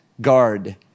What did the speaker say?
guard